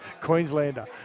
Queenslander